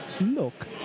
look